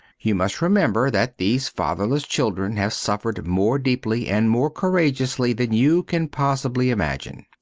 you must remember that these fatherless children have suffered more deeply and more courageously than you can possibly imagine.